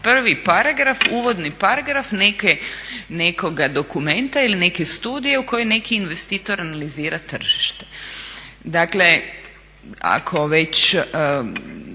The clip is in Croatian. prvi paragraf, uvodni paragraf nekog dokumenta ili neke studije u kojoj neki investitor analizira tržište. Dakle, koristim